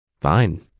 Fine